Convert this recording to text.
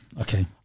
Okay